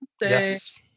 Yes